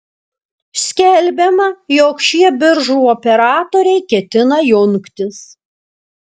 skelbiama jog šie biržų operatoriai ketina jungtis